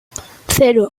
cero